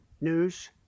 news